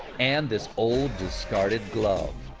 and this old discarded glove.